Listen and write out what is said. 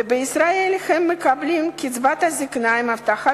ובישראל הם מקבלים קצבת זיקנה עם הבטחת